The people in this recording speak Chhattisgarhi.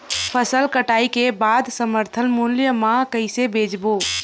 फसल कटाई के बाद समर्थन मूल्य मा कइसे बेचबो?